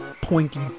pointy